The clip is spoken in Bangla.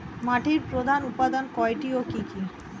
মাটির প্রধান উপাদান কয়টি ও কি কি?